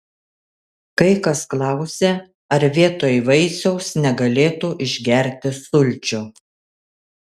kai kas klausia ar vietoj vaisiaus negalėtų išgerti sulčių